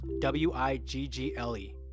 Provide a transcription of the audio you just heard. W-I-G-G-L-E